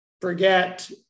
forget